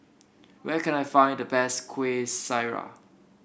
where can I find the best Kueh Syara